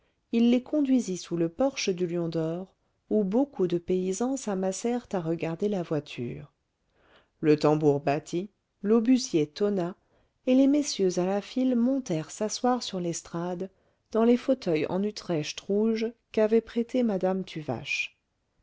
il les conduisit sous le porche du lion d'or où beaucoup de paysans s'amassèrent à regarder la voiture le tambour battit l'obusier tonna et les messieurs à la file montèrent s'asseoir sur l'estrade dans les fauteuils en utrecht rouge qu'avait prêtés madame